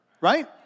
right